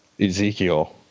Ezekiel